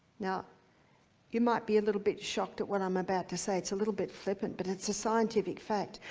now you might be a little bit shocked at what i'm about to say it's a little bit flippant, but it's a scientific fact.